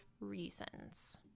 reasons